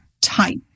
type